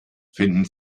finden